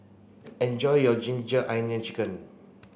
enjoy your ginger onion chicken